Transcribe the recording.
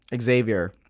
Xavier